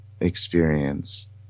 experience